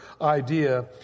idea